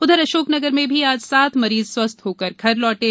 उधर अशोकनगर में भी आज सात मरीज स्वस्थ होकर घर लौटे